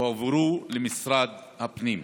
הועברו למשרד הפנים.